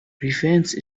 revenge